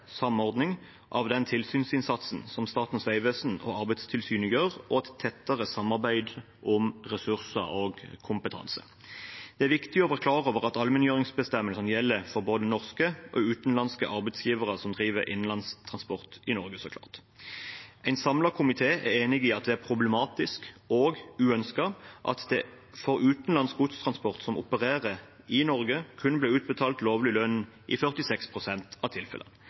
samordning av den tilsynsinnsatsen som Statens vegvesen og Arbeidstilsynet gjør, og et tettere samarbeid om ressurser og kompetanse. Det er viktig å være klar over at allmenngjøringsbestemmelsene gjelder for både norske og utenlandske arbeidsgivere som driver innenlands transport i Norge – så klart. En samlet komité er enig i at det er problematisk og uønsket at det for utenlandsk godstransport som opererer i Norge, kun ble utbetalt lovlig lønn i 46 pst. av tilfellene. Det betyr at i mange av tilfellene